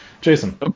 Jason